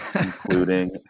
Including